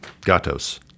Gatos